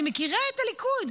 אני מכירה את הליכוד.